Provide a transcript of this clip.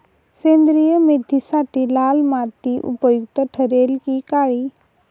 सेंद्रिय मेथीसाठी लाल माती उपयुक्त ठरेल कि काळी?